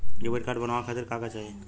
Debit card बनवावे खातिर का का चाही?